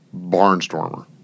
barnstormer